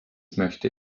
möchte